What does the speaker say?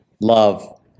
love